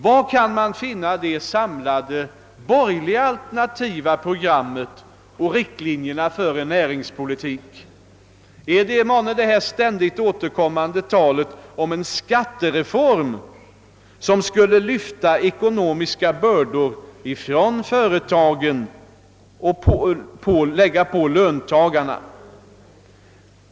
Var kan man finna det samlade borgerliga alternativa programmet och riktlinjerna för en näringspolitik? Är alternativet månne det ständigt återkommande talet om en skattereform som skulle lyfta ekonomiska bördor från företagen över på löntagarna?